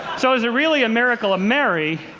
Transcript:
so is it really a miracle of mary,